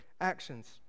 actions